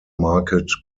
market